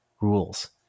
rules